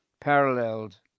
paralleled